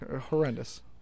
horrendous